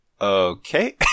okay